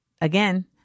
again